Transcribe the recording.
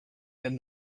than